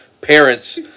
parents